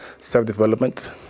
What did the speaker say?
self-development